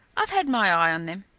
i've had my eye on them.